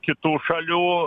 kitų šalių